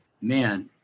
man